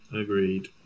Agreed